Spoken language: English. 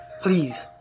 please